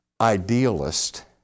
idealist